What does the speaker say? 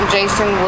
Jason